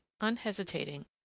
unhesitating